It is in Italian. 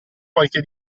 qualche